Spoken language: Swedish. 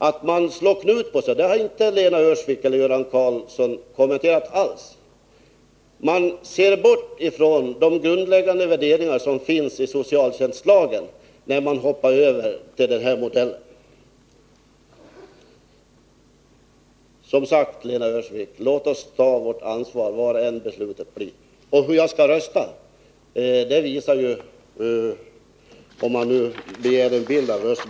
Att man på det sättet slår knut på sig har inte Lena Öhrsvik eller Göran Karlsson på något sätt kommenterat. Man ser bort ifrån de grundläggande värderingar som finns i socialtjänstlagen, om man går in för den här modellen. Som sagt, Lena Öhrsvik: Låt oss ta vårt ansvar, vad än beslutet blir! Och hur jag skall rösta kommer ju att visa sig, bl.a. på den bildskärm som redovisar röstresultatet.